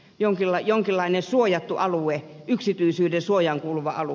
janhila jonkinlainen suojattu alue yksityisyyden suojaan kuuluva alue